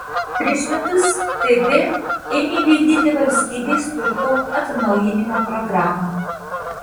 prieš metus tb ėmė vykdyti valstybės turto atnaujinimo programą